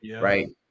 right